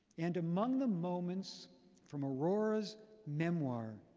and among the moments from aurora's memoir,